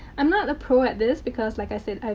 i'm not a pro at this because like i said,